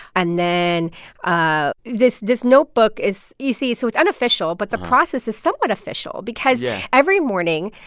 and then ah this this notebook is, you see so it's unofficial. but the process is somewhat official because. yeah. every morning,